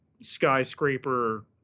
skyscraper